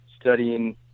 studying